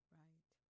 right